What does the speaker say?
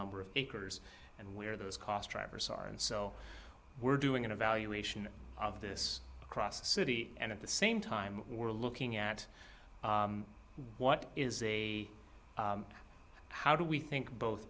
number of acres and where those cost drivers are and so we're doing an evaluation of this across the city and at the same time we're looking at what is a how do we think both